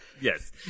Yes